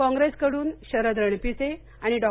काँग्रेसकडून शरद रणपिसे आणि डॉ